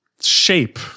shape